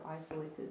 isolated